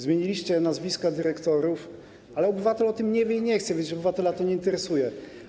Zmieniliście nazwiska dyrektorów, ale obywatel o tym nie wie i nie chce wiedzieć, obywatela to nie interesuje.